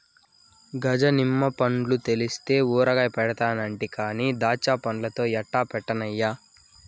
గజ నిమ్మ పండ్లు తెస్తే ఊరగాయ పెడతానంటి కానీ దాచ్చాపండ్లతో ఎట్టా పెట్టన్నయ్యా